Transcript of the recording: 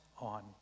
on